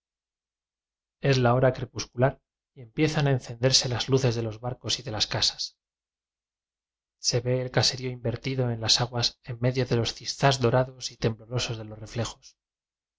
es la hora crepuscular y empiezan a encenderse las luces de los barcos y de las casas se ve el caserío invertido en las aguas enmedio de los ziszás dorados y temblorosos de los reflejos